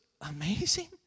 amazing